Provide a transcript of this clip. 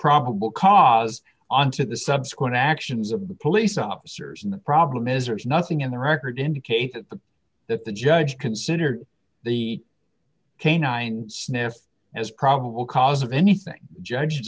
probable cause onto the subsequent actions of the police officers and the problem is there's nothing in the record indicate that the that the judge considered the canine sniffs as probable cause of anything judge